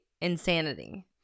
insanity